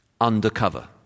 undercover